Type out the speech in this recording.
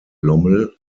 lommel